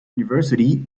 university